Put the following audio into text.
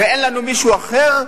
ואין לנו מישהו אחר,